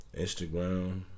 Instagram